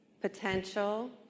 Potential